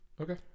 Okay